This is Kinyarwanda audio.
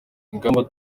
ingamba